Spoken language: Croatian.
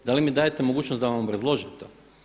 Da li mi dajete mogućnost da vam obrazložim to?